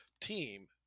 team